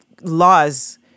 laws